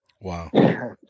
Wow